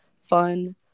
fun